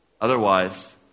Otherwise